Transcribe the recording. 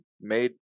made